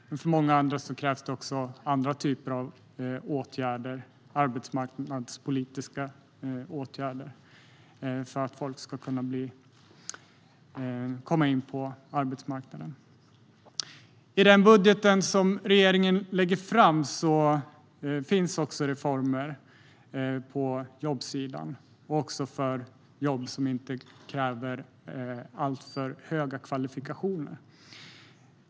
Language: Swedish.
Men för många andra krävs det också andra typer av arbetsmarknadspolitiska åtgärder för att de ska komma in på arbetsmarknaden. I den budget som regeringen lägger fram finns reformer på jobbsidan och också för jobb som inte kräver alltför höga kvalifikationer.